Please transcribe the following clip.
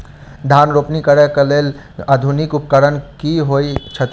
धान रोपनी करै कऽ लेल आधुनिक उपकरण की होइ छथि?